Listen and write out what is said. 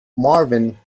marvin